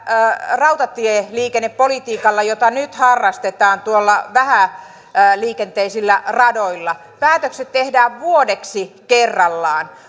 rautatieliikennepolitiikalla jota nyt harrastetaan tuolla vähäliikenteisillä radoilla päätökset tehdään vuodeksi kerrallaan